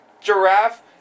giraffe